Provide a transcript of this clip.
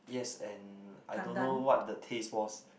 yes and I don't know what the taste was